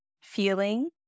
feeling